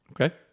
Okay